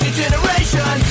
generation